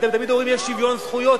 אתן תמיד אומרות: יש שוויון זכויות,